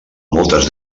moltes